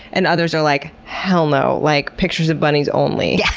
and others are like, hell no, like pictures of bunnies only,